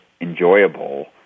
enjoyable